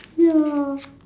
ya